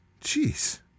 Jeez